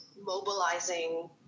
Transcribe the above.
mobilizing